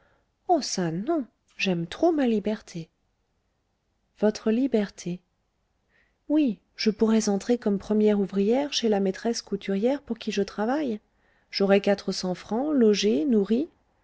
oh ça non j'aime trop ma liberté votre liberté oui je pourrais entrer comme première ouvrière chez la maîtresse couturière pour qui je travaille j'aurais quatre cents francs logée nourrie